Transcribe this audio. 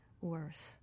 worse